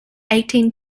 eighteen